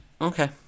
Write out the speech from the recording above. okay